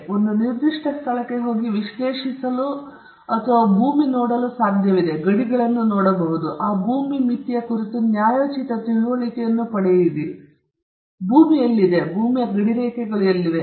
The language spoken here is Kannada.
ನೀವು ಒಂದು ನಿರ್ದಿಷ್ಟ ಸ್ಥಳಕ್ಕೆ ಹೋಗಿ ವಿಶ್ಲೇಷಿಸಲು ಅಥವಾ ಭೂಮಿ ನೋಡಲು ಮತ್ತು ಇದು ಗಡಿಗಳನ್ನು ನೋಡಬಹುದು ಮತ್ತು ನೀವು ಆ ಭೂಮಿ ಮಿತಿಯ ಕುರಿತು ನ್ಯಾಯೋಚಿತ ತಿಳುವಳಿಕೆಯನ್ನು ಪಡೆಯುತ್ತೀರಿ ಭೂಮಿ ಎಲ್ಲಿದೆ ಭೂಮಿಯ ಗಡಿರೇಖೆಗಳು ಎಲ್ಲಿವೆ